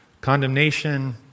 condemnation